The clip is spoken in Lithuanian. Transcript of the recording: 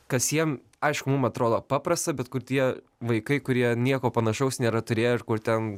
kas jiem aišku mum atrodo paprasta bet kur tie vaikai kurie nieko panašaus nėra turėję ir kur ten